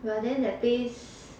well then that place